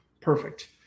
Perfect